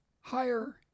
higher